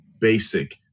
basic